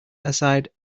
aside